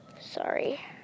Sorry